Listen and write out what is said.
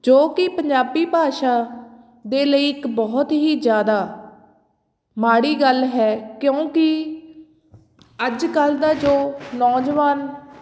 ਜੋ ਕਿ ਪੰਜਾਬੀ ਭਾਸ਼ਾ ਦੇ ਲਈ ਇੱਕ ਬਹੁਤ ਹੀ ਜ਼ਿਆਦਾ ਮਾੜੀ ਗੱਲ ਹੈ ਕਿਉਂਕਿ ਅੱਜਕੱਲ੍ਹ ਦਾ ਜੋ ਨੌਜਵਾਨ